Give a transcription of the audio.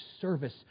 service